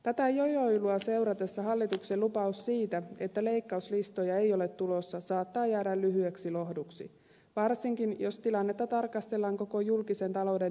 tätä jojoilua seuratessa hallituksen lupaus siitä että leikkauslistoja ei ole tulossa saattaa jäädä lyhyeksi lohduksi varsinkin jos tilannetta tarkastellaan koko julkisen talouden näkökulmasta